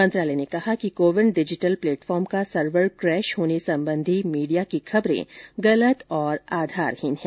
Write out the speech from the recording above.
मंत्रालय ने कहा कि ब्देष्ठ डिजिटल प्लेटफॉर्म का सर्वर कैश होने संबंधी मीडिया की खबरे गलत और आधारहीन हैं